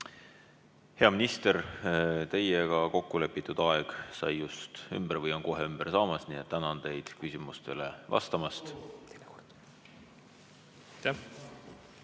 Hea minister, teiega kokku lepitud aeg sai just ümber või on kohe ümber saamas, nii et tänan teid küsimustele vastamast.